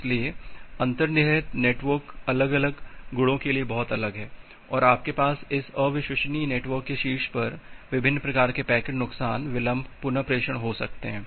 इसलिए अंतर्निहित नेटवर्क अलग अलग गुणों के लिए बहुत अलग है और आपके पास इस अविश्वसनीय नेटवर्क के शीर्ष पर विभिन्न प्रकार के पैकेट नुकसान विलंब पुन प्रेषण हो सकते हैं